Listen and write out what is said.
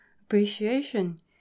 appreciation